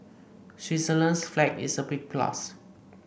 Switzerland's flag is a big plus